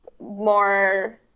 more